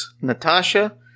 Natasha